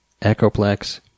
Echoplex